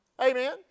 Amen